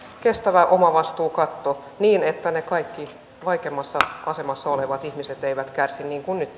kestävän omavastuukaton niin että ne kaikki vaikeimmassa asemassa olevat ihmiset eivät kärsi niin kuin nyt